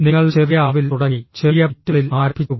നിങ്ങൾ ചെറിയ അളവിൽ തുടങ്ങി ചെറിയ ബിറ്റുകളിൽ ആരംഭിച്ചു